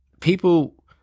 people